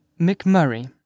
McMurray